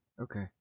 okay